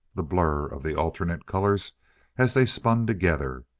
the blur of the alternate colors as they spun together.